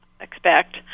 expect